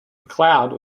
mcleod